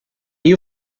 you